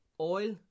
oil